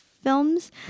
films